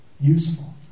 useful